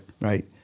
Right